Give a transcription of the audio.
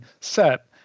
set